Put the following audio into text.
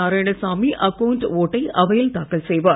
Narayanasamy account வோட்டை அவையில் தாக்கல் செய்வார்